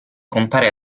compare